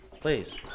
please